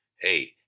Hey